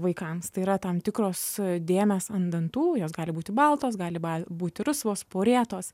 vaikams tai yra tam tikros dėmės ant dantų jos gali būti baltos gali būti rusvos porėtos